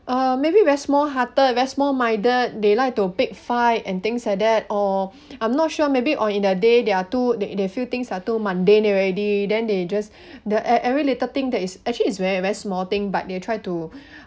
uh maybe very small hearted very small minded they like to pick fight and things like that or I'm not sure maybe or in their day they are too they they feel things are too mundane already then they just the at every little thing that is actually is very very small thing but they try to